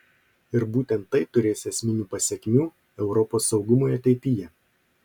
ir būtent tai turės esminių pasekmių europos saugumui ateityje